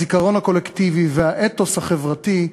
הזיכרון הקולקטיבי והאתוס החברתי,